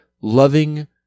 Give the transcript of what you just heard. loving